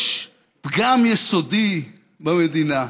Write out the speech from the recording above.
יש פגם יסודי במדינה,